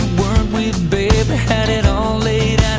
we baby had it all laid